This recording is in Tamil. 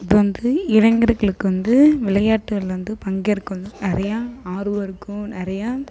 இப்போ வந்து இளைஞர்களுக்கு வந்து விளையாட்டுகள்ல வந்து பங்கேற்க வந்து நிறையா ஆர்வம் இருக்கும் நிறையா